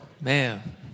Man